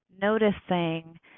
noticing